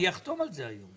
אני אחתום על זה היום.